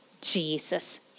Jesus